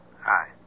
hi